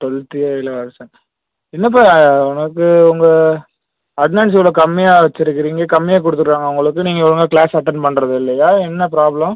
twelfth ஏவில் இளவரசன் என்னப்பா உனக்கு உங்க அட்னன்ஸ் இவ்வளோ கம்மியாக வச்சுருக்கிங்க கம்மியாக கொடுத்திருக்காங்க உங்களுக்கு நீங்கள் ஒழுங்காக க்ளாஸ் அட்டன் பண்ணுறதில்லயா என்ன ப்ராப்லம்